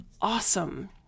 awesome